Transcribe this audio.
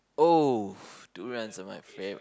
oh durian is my favourite